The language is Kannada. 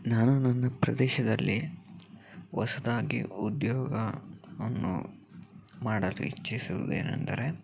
ನಾನು ನನ್ನ ಪ್ರದೇಶದಲ್ಲಿ ಹೊಸದಾಗಿ ಉದ್ಯೋಗವನ್ನು ಮಾಡಲು ಇಚ್ಛಿಸುವುದೇನೆಂದರೆ